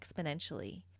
exponentially